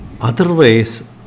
Otherwise